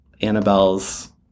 annabelle's